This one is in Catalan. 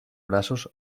braços